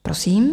Prosím.